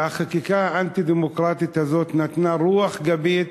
והחקיקה האנטי-דמוקרטית הזאת נתנה רוח גבית